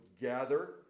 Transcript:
gather